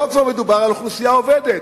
פה כבר מדובר על אוכלוסייה עובדת.